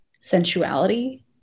sensuality